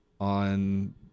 on